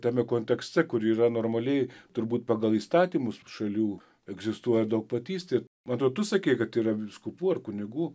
tame kontekste kur yra normaliai turbūt pagal įstatymus šalių egzistuoja daugpatystė man atrodo tu sakei kad yra vyskupų ar kunigų